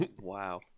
Wow